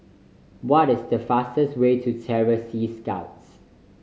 what is the fastest way to Terror Sea Scouts